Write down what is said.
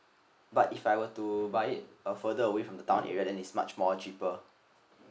but if I were to buy it a further away from the town area then is much more cheaper